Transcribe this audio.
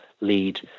lead